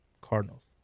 Cardinals